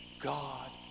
God